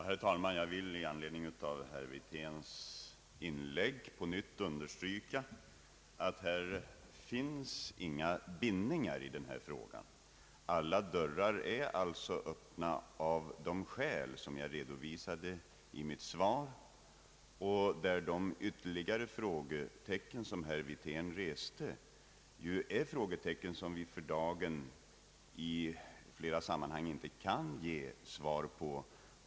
Herr talman! Jag vill i anledning av herr Wirténs inlägg på nytt understryka att det inte finns några bindningar i denna fråga. Som jag redovisade i mitt svar är alla dörrar öppna. De ytterligare frågor som herr Wirtén reste kan vi för dagen av flera anledningar inte ge svar på.